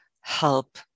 help